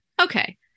Okay